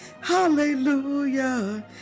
hallelujah